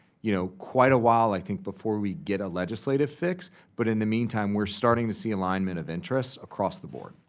you know, quite a while, i think before we get a legislative fix but, in the meantime, we're starting to see an alignment of interests across the board.